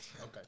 Okay